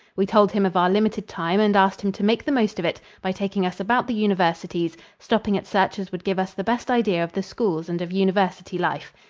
we told him of our limited time and asked him to make the most of it by taking us about the universities, stopping at such as would give us the best idea of the schools and of university life.